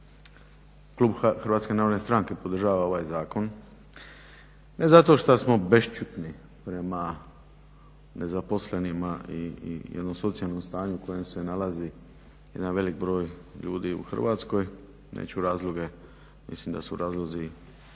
klub Hrvatske narodne stranke podržava ovaj zakon, ne zato šta smo bešćutni prema nezaposlenima i onom socijalnom stanju u kojem se nalazi jedan velik broj ljudi u Hrvatskoj, reću razloge, mislim da su razlozi